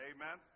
Amen